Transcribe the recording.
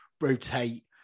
rotate